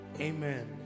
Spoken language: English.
amen